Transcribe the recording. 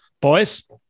boys